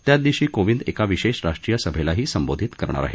त्याच दिवशी कोविंद एका विशेष राष्ट्रीय सभेलाही संबोधित करणार आहेत